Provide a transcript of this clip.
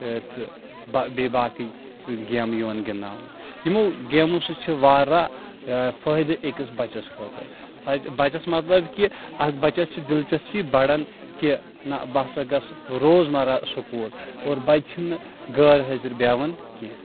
تہٕ بیٚیہ باقی گیمہٕ یِوان گِنٛدناونہٕ یِمو گیمو سۭتۍ چھِ واریاہ فٲیدٕ أکِس بَچس خٲطرٕ بَچس مطلَب کہِ اکھ بَچس چھِ دِلچسپی بَڈان کہِ نہ بہٕ ہَسا گَژھٕ روز مَرَہ سکوٗل اور بَچہٕ چھُنہٕ غٲر حٲضِر بٮ۪ہوان کیٚنٛہہ